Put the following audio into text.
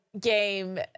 Game